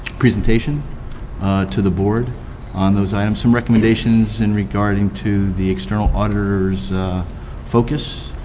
presentation to the board on those items, some recommendations, in regard and to the external auditor's focus,